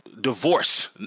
divorce